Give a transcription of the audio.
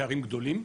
הפערים גדולים?